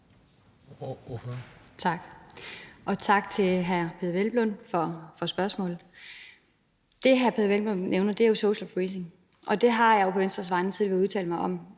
og tak til hr. Peder Hvelplund for spørgsmålet. Det, hr. Peder Hvelplund nævner, er jo social freezing, og jeg har på Venstres vegne tidligere udtalt mig om,